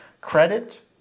Credit